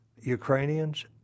Ukrainians